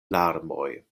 larmoj